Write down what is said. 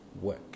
work